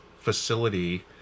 facility